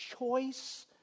choice